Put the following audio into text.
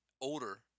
Older